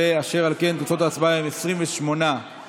אשר על כן, תוצאות ההצבעה הן 28 בעד,